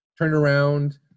turnaround